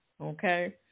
Okay